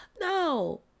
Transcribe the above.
No